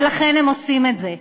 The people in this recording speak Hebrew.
ולכן הם עושים את זה.